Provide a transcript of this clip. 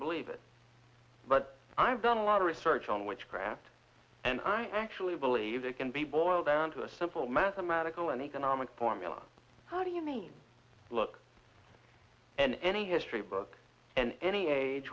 believe it but i've done a lot of research on witchcraft and i actually believe it can be boiled down to a simple mathematical and economic formula how do you mean look and any history book and any age